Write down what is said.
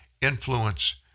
influence